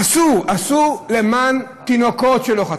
עשו למען תינוקות שלא חטאו,